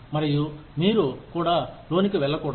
మరియు మీరు కూడా లోనికి వెల్లకూడదు